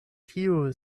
tiu